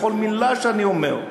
וכל מילה שאני אומר,